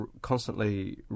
constantly